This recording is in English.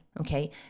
Okay